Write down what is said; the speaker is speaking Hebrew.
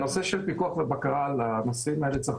הנושא של פיקוח ובקרה על הנושאים האלה צריך